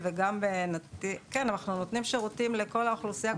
אנחנו נותנים שירותים לכל האוכלוסייה,